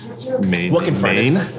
Maine